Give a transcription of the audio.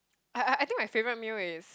I I I think my favorite meal is